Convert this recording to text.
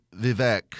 Vivek